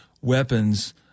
weapons